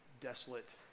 desolate